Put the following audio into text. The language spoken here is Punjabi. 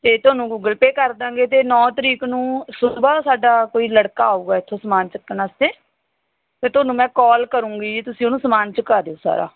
ਤਾਂ ਤੁਹਾਨੂੰ ਗੂਗਲ ਪੇ ਕਰ ਦਾਂਗੇ ਅਤੇ ਨੌਂ ਤਰੀਕ ਨੂੰ ਸੁਬਾਹ ਸਾਡਾ ਕੋਈ ਲੜਕਾ ਆਊਗਾ ਇੱਥੋਂ ਸਮਾਨ ਚੁੱਕਣ ਵਾਸਤੇ ਤਾਂ ਤੁਹਾਨੂੰ ਮੈਂ ਕੋਲ ਕਰੂਗੀ ਤੁਸੀਂ ਉਹਨੂੰ ਸਮਾਨ ਚੁਕਾ ਦਿਓ ਸਾਰਾ